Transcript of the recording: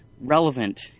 relevant